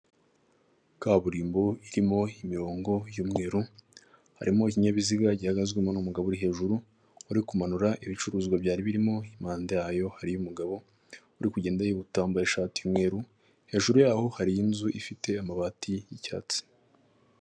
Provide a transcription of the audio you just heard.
Kaburimbo irimo imirongo y'umweru, harimo ikinyabiziga gihagazweho n'umugabo uri hejuru uri kumanura ibicuruzwa byari birimo, impanda yayo hariyo umugabo uri kugenda yihuta wambaye ishati y'umweru, hejuru yaho hari inzu ifite amabati y'icyatsi.